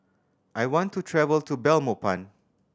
I want to travel to Belmopan